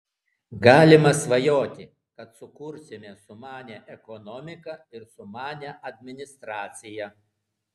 galima svajoti kad sukursime sumanią ekonomiką ir sumanią administraciją